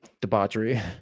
Debauchery